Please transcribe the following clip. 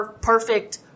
perfect